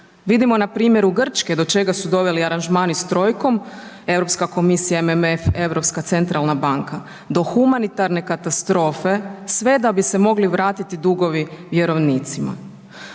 Vidimo na primjeru Grčke do čega su doveli aranžmani s trojkom, Europska komisija, MMF, Europska centralna banka, do humanitarne katastrofe, sve da bi se mogli vratiti dugovi vjerovnici.